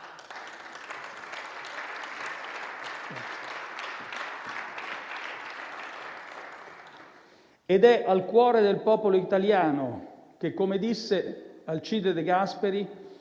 ed è al cuore del popolo italiano che, come disse Alcide De Gasperi,